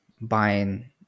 buying